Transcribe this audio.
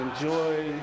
enjoy